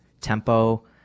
tempo